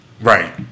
Right